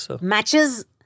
Matches